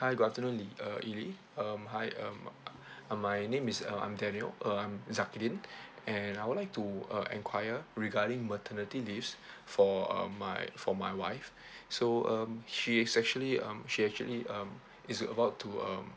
hi good afternoon li~ uh lily um hi um uh my name is uh I'm daniel uh I'm zakidin and I would like to uh enquire regarding maternity leaves for uh my for my wife so um she is actually um she actually um is about to um